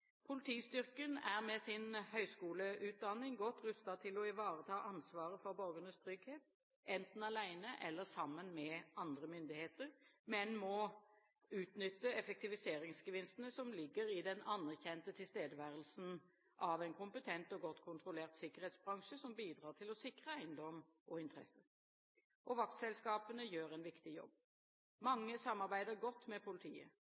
Politistyrken er med sin høyskoleutdanning godt rustet til å ivareta ansvaret for borgernes trygghet, enten alene eller sammen med andre myndigheter, men må utnytte effektiviseringsgevinstene som ligger i den anerkjente tilstedeværelsen av en kompetent og godt kontrollert sikkerhetsbransje som bidrar til å sikre eiendom og interesser. Vaktselskapene gjør en viktig jobb. Mange samarbeider godt med politiet.